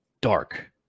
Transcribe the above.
dark